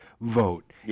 vote